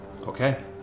Okay